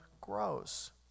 grows